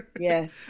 Yes